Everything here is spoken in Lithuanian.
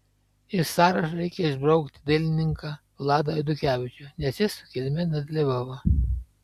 iš sąrašo reikia išbraukti dailininką vladą eidukevičių nes jis sukilime nedalyvavo